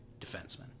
defenseman